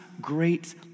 great